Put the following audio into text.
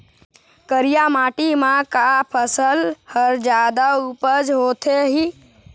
करिया माटी म का फसल हर जादा उपज होथे ही?